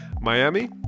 Miami